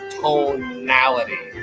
tonality